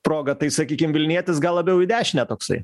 progą tai sakykim vilnietis gal labiau į dešinę toksai